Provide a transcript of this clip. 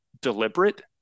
deliberate